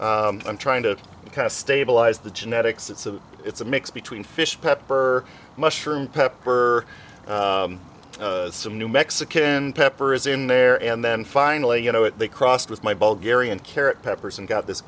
i'm trying to stabilize the genetics it's a it's a mix between fish pepper mushroom pepper some new mexican pepper is in there and then finally you know it they crossed with my ball gary and carrot peppers and got this